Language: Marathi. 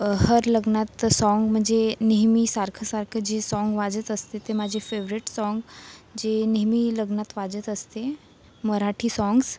हर लग्नात सॉन्ग म्हणजे नेहमीसारखं सारखं जे सॉन्ग वाजत असते ते माझे फेवरेट सॉन्ग जे नेहमी लग्नात वाजत असते मराठी सॉन्ग्स